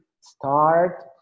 start